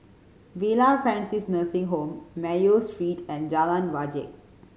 Villa Francis Nursing Home Mayo Street and Jalan Wajek